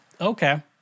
Okay